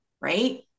Right